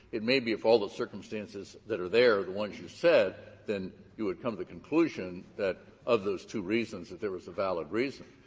it may be if all the circumstances that are there, the ones you said, then you would come to the conclusion that of those two reasons that there was a valid reason.